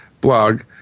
blog